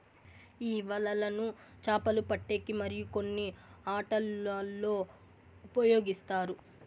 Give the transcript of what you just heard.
ఈ వలలను చాపలు పట్టేకి మరియు కొన్ని ఆటలల్లో ఉపయోగిస్తారు